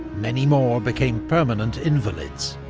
many more became permanent invalids.